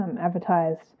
advertised